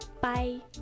bye